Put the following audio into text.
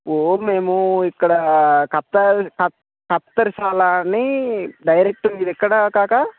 ఓ మేము ఇక్కడ కత్త కత్ కత్తరశాల అని డైరెక్ట్ మీదెక్కడ కాకా